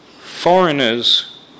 foreigners